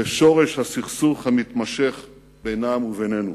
כשורש הסכסוך המתמשך בינם ובינינו.